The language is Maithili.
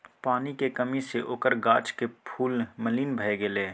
पानिक कमी सँ ओकर गाछक फूल मलिन भए गेलै